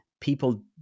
people